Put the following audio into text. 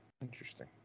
Interesting